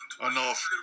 enough